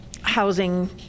housing